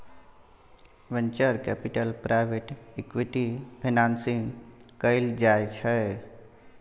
venture capital private equity financing कएल जाइ छै